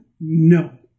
No